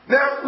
Now